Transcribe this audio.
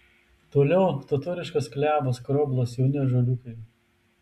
toliau totoriškas klevas skroblas jauni ąžuoliukai